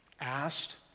asked